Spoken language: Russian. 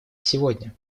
сегодня